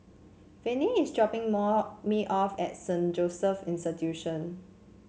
Venie is dropping me off at Saint Joseph's Institution